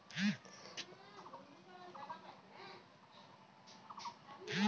চাষের জমিতে যারা কাজ করে ফসল ফলায় তাদের ফার্ম ওয়ার্কার বলে